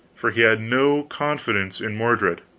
for he had no confidence in mordred.